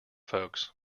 folks